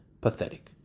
pathetic